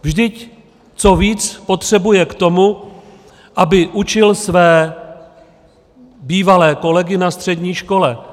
Vždyť co víc potřebuje k tomu, aby učil své bývalé kolegy na střední škole?